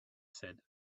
said